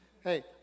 Hey